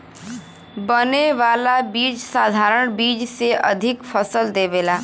बने वाला बीज साधारण बीज से अधिका फसल देवेला